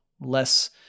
less